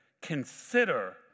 consider